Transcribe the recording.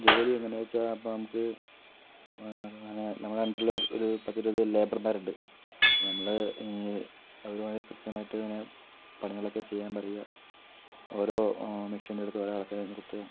ജോലി എങ്ങനെയാച്ചാ അപ്പം നമുക്ക് നമ്മുടെ അണ്ടറിൽ ഒരു പത്ത് ഇരുപത് ലേബർമാര്ണ്ട് അപ്പം നമ്മള് ഈ അവരുമായി കൃത്യമായിട്ടിങ്ങനെ പണികളൊക്കെ ചെയ്യാൻ പറയുക ഓരോ മെഷീൻ്റെ അടുത്ത് ഓരോ ആൾക്കാരെ നിർത്തുക